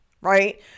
right